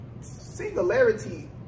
singularity